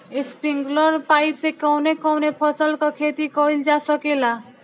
Sprinkler pipe से कवने कवने फसल क खेती कइल जा सकेला?